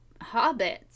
hobbits